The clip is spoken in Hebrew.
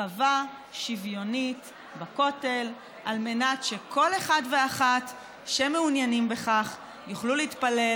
רחבה שוויונית בכותל על מנת שכל אחד ואחת שמעוניינים בכך יוכלו להתפלל